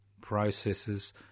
processes